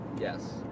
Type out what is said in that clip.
Yes